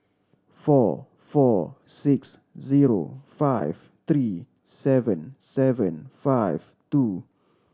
four four six zero five three seven seven five two